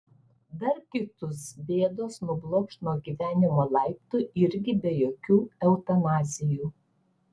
dar kitus bėdos nublokš nuo gyvenimo laiptų irgi be jokių eutanazijų